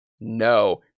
no